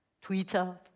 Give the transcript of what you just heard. Twitter